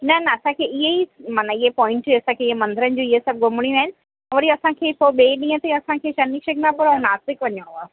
न न असांखे इहे ई माना इहे पॉइंट असांखे इहे मंदरनि जा इहे सभु घुमणियूं आहिनि वरी असांखे पोइ ॿिए ॾींहं ते असांखे शनि शिंगरापुर ऐं नासिक वञणो आहे